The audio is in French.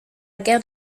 guerre